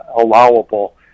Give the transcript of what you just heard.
allowable